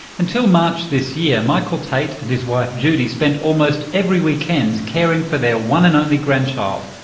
until march this year, michael tait and his wife judy spent almost every weekend caring for their one and only grandchild,